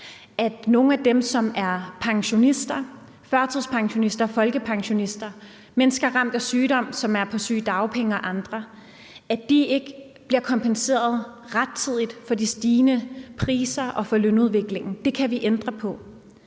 Nogle af dem, som er pensionister – førtidspensionister, folkepensionister – og mennesker ramt af sygdom, som er på sygedagpenge, og andre bliver ikke kompenseret rettidigt for de stigende priser og for lønudviklingen. Det kan vi ændre på,